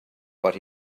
what